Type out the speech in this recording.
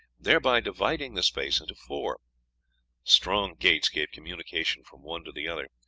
thereby dividing the space into four strong gates gave communication from one to the other.